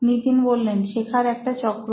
নিতিন শেখার একটা চক্র